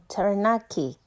Taranaki